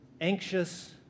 anxious